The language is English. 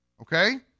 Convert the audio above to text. Okay